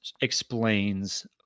explains